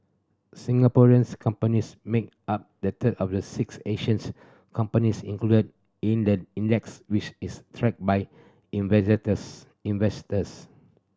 Singaporeans companies make up the third of the six Asians companies included in the index which is tracked by investors